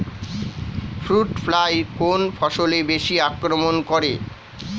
Fruit fly কোন ফসলে বেশি আক্রমন করে?